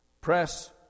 Press